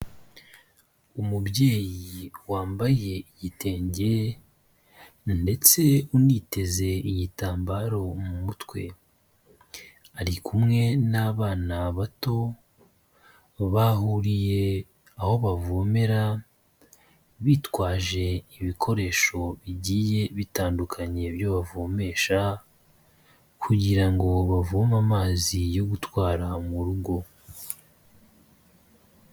Umubyeyi wambaye igitenge ndetse uniteze igitambaro mu mutwe, ari kumwe n'abana bato bahuriye aho bavomera bitwaje ibikoresho bigiyeye bitandukanye byo bavomesha kugira ngo bavome amazi yo gutwara mu rugo.